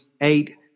eight